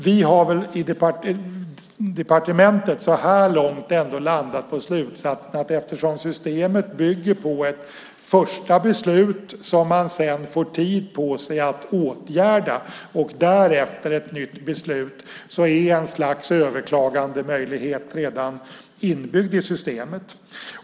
På departementet har vi så här långt landat i slutsatsen att eftersom systemet bygger på ett första beslut som man sedan får tid på sig att åtgärda och därefter ett nytt beslut är ett slags överklagandemöjlighet redan inbyggd i systemet.